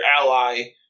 ally